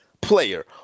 player